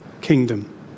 kingdom